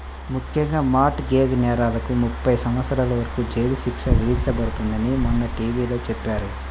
ముఖ్యంగా mortgage నేరాలకు ముప్పై సంవత్సరాల వరకు జైలు శిక్ష విధించబడుతుందని మొన్న టీ.వీ లో చెప్పారు